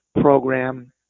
program